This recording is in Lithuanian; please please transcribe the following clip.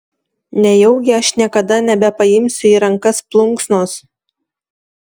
nejaugi aš niekada nebepaimsiu į rankas plunksnos